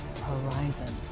horizon